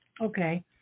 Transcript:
Okay